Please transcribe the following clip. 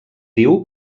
diu